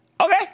Okay